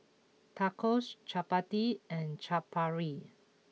Tacos Chapati and Chaat Papri